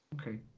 okay